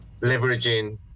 leveraging